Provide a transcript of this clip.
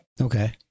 Okay